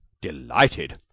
delighted!